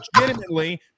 legitimately